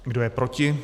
Kdo je proti?